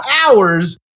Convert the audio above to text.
hours